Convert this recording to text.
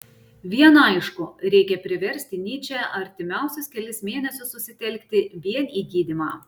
viena aišku reikia priversti nyčę artimiausius kelis mėnesius susitelkti vien į gydymą